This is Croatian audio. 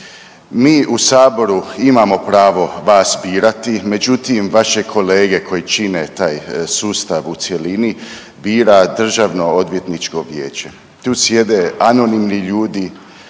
Mi u saboru imamo pravo vas birati, međutim vaše kolege koji čine taj sustav u cjelini bira Državno odvjetničko vijeće. Tu sjede anonimni ljudi,